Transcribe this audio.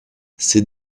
ces